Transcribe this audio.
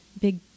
big